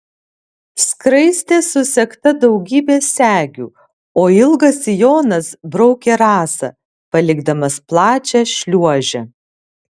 skraistė susegta daugybe segių o ilgas sijonas braukė rasą palikdamas plačią šliuožę